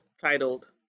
titled